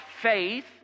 faith